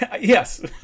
Yes